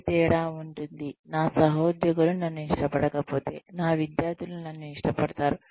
ఏ తేడా ఉంటుంది నా సహోద్యోగులు నన్ను ఇష్టపడకపోతే నా విద్యార్థులు నన్ను ఇష్టపడతారు